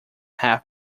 half